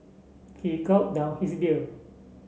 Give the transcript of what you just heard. he gulp down his beer